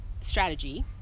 strategy